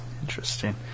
Interesting